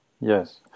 Yes